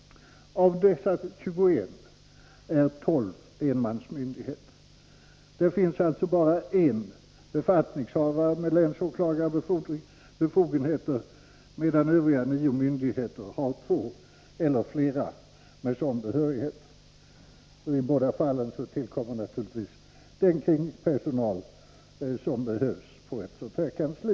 Av dessa 21 är 13 enmansmyndigheter. Där finns alltså bara en befattningshavare med länsåklagarbefogenhet, medan övriga åtta myndigheter har två eller flera med sådan behörighet. I båda fallen Nr 36 tillkommer naturligtvis den kringpersonal som behövs på ett sådant kansli.